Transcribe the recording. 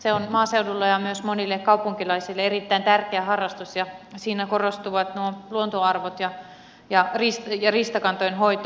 se on maaseudulle ja myös monille kaupunkilaisille erittäin tärkeä harrastus ja siinä korostuvat luontoarvot ja riistakantojen hoito